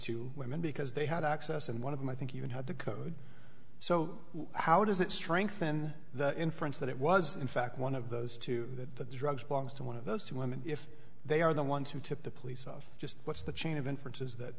two women because they had access and one of them i think even had the code so how does it strengthen the inference that it was in fact one of those two that the drugs belongs to one of those two women if they are the ones who took the police off just what's the chain of inference is that